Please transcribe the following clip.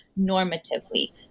normatively